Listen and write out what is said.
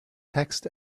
text